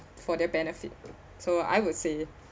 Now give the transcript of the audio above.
for their benefit so I would say